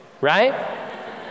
right